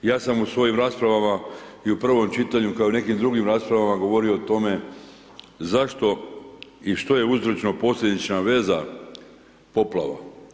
Ja sam u svojim raspravama i u prvom čitanju, kao i u nekim drugim raspravama, govorio o tome zašto i što je uzročno posljedična veza poplava.